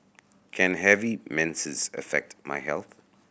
can heavy menses affect my health